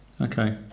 Okay